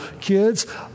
kids